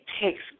takes